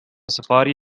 safari